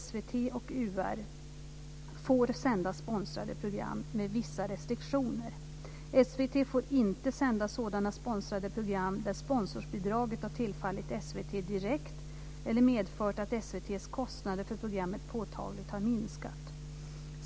SVT och UR får sända sponsrade program med vissa restriktioner. SVT får inte sända sådana sponsrade program där sponsorsbidraget har tillfallit SVT direkt eller medfört att SVT:s kostnader för programmet påtagligt har minskat.